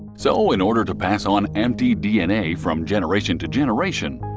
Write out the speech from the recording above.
so, in order to pass on mtdna from generation to generation,